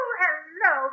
hello